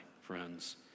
friends